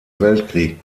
weltkrieg